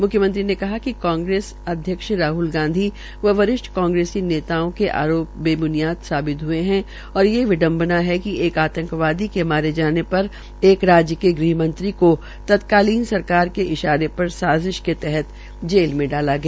मुख्यमंत्री ने कहा कि कांग्रेस अध्यक्ष राहले गांधी व वरिष्ठ कांग्रेसी नेताओं के आरो बेब्नियाद साबित हये है और ये विडंवना है कि एक आंतकवादी के मारे जाने पर एक राज्य के गृहमंत्री को तत्कालीन सरकार के इशारे र साज़िश के तहत जेल में डाला था